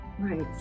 Right